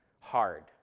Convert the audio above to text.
hard